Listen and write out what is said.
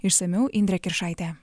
išsamiau indrė kiršaitė